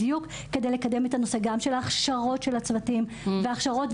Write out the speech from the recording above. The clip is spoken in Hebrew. בדיוק כדי לקדם את הנושא של ההכשרות של הצוותים והמניעה.